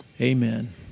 amen